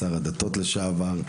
שר הדתות לשעבר,